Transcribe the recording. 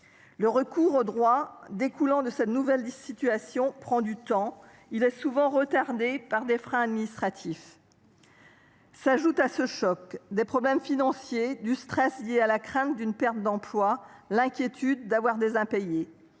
Le recours aux droits découlant de cette nouvelle situation exige du temps ; il est souvent retardé par des freins administratifs. À ce choc s’ajoutent des problèmes financiers, le stress lié à la crainte d’une perte d’emploi et l’inquiétude de subir des impayés.